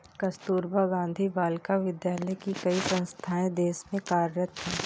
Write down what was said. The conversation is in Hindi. कस्तूरबा गाँधी बालिका विद्यालय की कई संस्थाएं देश में कार्यरत हैं